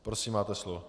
Prosím, máte slovo.